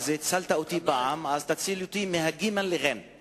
הצלת אותי פעם, אז תציל אותי מהגימ"ל לעי"ן הפעם.